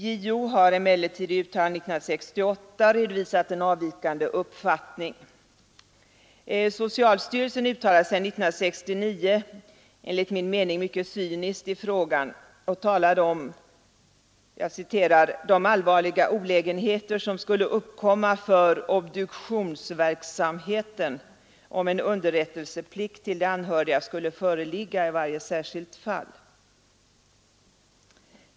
JO har emellertid i ett uttalande 1968 redovisat en avvikande uppfattning. Socialstyrelsen uttalade sig 1969 — enligt min mening mycket cyniskt — i frågan och talade om ”de allvarliga olägenheter som skulle uppkomma för obduktionsverksamheten om en underrättelseplikt till de anhöriga skulle föreligga i varje särskilt fall”.